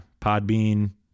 Podbean